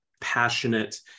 passionate